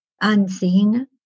unseen